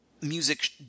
music